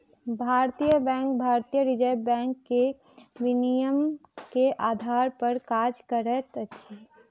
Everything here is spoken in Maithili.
भारतीय बैंक भारतीय रिज़र्व बैंक के विनियमन के आधार पर काज करैत अछि